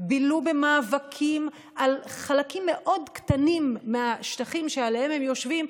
הם בילו במאבקים על חלקים מאוד קטנים מהשטחים שעליהם הם יושבים,